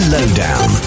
Lowdown